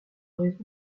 raison